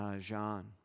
Jean